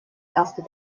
erste